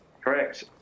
Correct